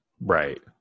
Right